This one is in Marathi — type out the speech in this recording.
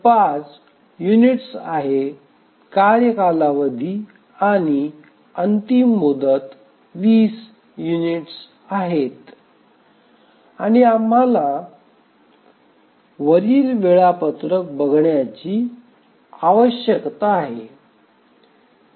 5 युनिट्स आहे कार्य कालावधी आणि अंतिम मुदत 20 युनिट्स आहेत आणि आम्हाला वरील वेळापत्रक बघण्याची आवश्यकता आहे